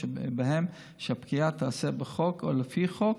ובהם שהפגיעה תיעשה בחוק או לפי חוק,